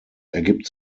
ergibt